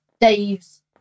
Dave's